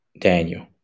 Daniel